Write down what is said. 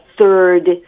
third